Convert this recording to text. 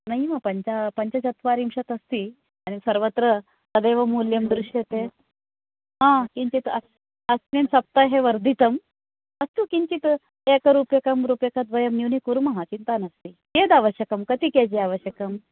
नैव पञ्चा पञ्चाचत्वारिंशत् अस्ति सर्वत्र तदेव मूल्यम् दृश्यते किञ्चित् अस्मिन् सप्ताहे वर्धितम् अस्तु किञ्चित् एकरूप्यकं रूपकद्वयं वयं न्यूनी कुर्मः चिन्ता नास्ति कियत् आवश्यकं कति केजि आवश्यकम्